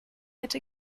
hätte